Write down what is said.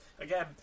again